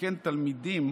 שכן תלמידים